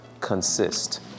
consist